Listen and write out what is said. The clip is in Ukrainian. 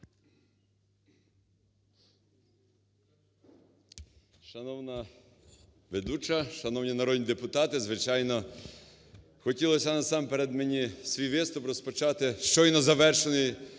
Шановна ведуча, шановні народні депутати! Звичайно, хотілося насамперед мені свій виступ розпочати з щойно завершеної